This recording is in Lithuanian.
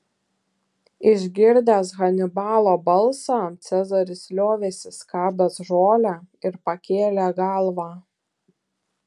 išgirdęs hanibalo balsą cezaris liovėsi skabęs žolę ir pakėlė galvą